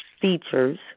features